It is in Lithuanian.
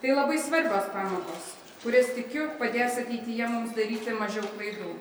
tai labai svarbios pamokos kurias tikiu padės ateityje mums daryti mažiau klaidų